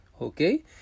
okay